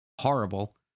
horrible